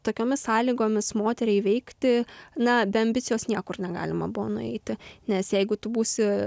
tokiomis sąlygomis moteriai įveikti na be ambicijos niekur negalima buvo nueiti nes jeigu tu būsi